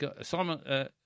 Simon